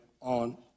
on